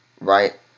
right